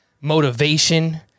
motivation